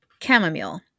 Chamomile